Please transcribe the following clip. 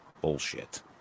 bullshit